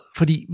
Fordi